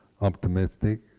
optimistic